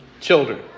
children